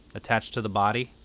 attached to the body